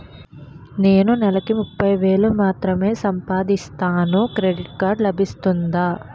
నేను నెల కి ముప్పై వేలు మాత్రమే సంపాదిస్తాను క్రెడిట్ కార్డ్ లభిస్తుందా?